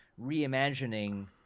reimagining